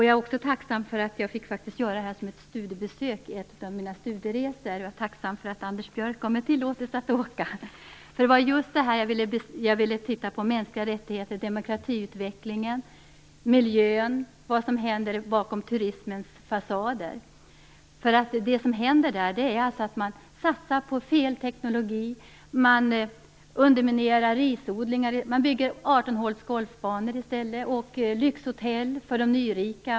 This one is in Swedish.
Jag är tacksam för att jag fick göra detta studiebesök vid en av mina studieresor och för att Anders Björck gav mig tillåtelse att åka. Jag ville titta närmare på just förhållandena vad gäller mänskliga rättigheter, demokratiutvecklingen, miljön och vad som händer bakom turismens fasader. Vad som händer är alltså att man satsar på fel teknologi. Man underminerar risodlingar och bygger i stället artonhålsgolfbanor och lyxhotell för de nyrika.